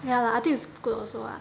ya lah I think it's good also lah